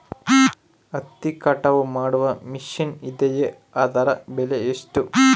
ಹತ್ತಿ ಕಟಾವು ಮಾಡುವ ಮಿಷನ್ ಇದೆಯೇ ಅದರ ಬೆಲೆ ಎಷ್ಟು?